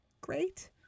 great